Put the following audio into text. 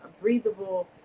breathable